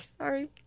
Sorry